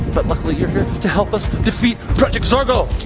but luckily you're here to help us defeat project zorgo.